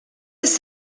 fhios